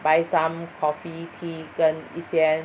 buy some coffee tea 跟一些